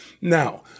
Now